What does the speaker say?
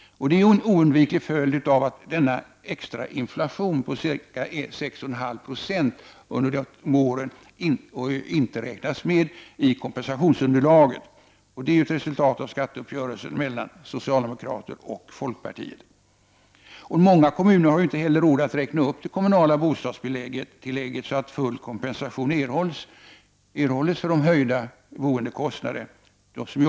Det är en oundviklig följd av att den extra inflationen på ca 6,5 90 under dessa båda år inte räknas med i kompensationsunderlaget. Det är ett resultat av skatteuppgörelsen mellan socialdemokraterna och folkpartiet. Många kommuner har inte råd att räkna upp det kommunala bostadstilllägget så att full kompensation erhålls för de kraftigt höjda boendekostnaderna.